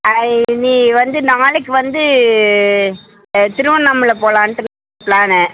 ஆ நீ வந்து நாளைக்கு வந்து திருவண்ணாமலை போலாம்ட்டு பிளானு